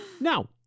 Now